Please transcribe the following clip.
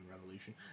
Revolution